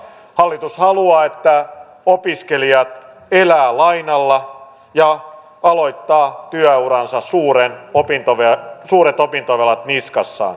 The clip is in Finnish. hallitus haluaa että opiskelijat elävät lainalla ja aloittavat työuransa suuret opintovelat niskassaan